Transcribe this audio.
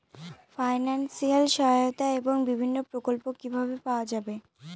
Financial সহায়তা এবং বিভিন্ন প্রকল্প কিভাবে পাওয়া যাবে?